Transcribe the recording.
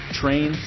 train